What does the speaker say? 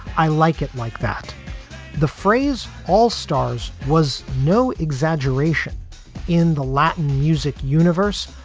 i like it like that the phrase all stars was no exaggeration in the latin music universe.